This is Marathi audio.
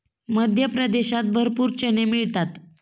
मध्य प्रदेशात भरपूर चणे मिळतात